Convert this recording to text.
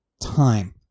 time